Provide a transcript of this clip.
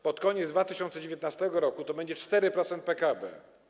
Pod koniec 2019 r. to będzie 4% PKB.